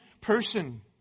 person